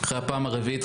אחרי פעם רביעית,